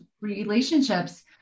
relationships